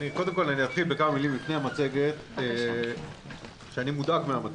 בכמה מילים לפני המצגת, אני מודאג מהמצב.